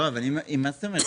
מה זאת אומרת?